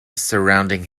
surrounding